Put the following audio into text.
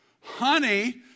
Honey